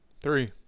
Three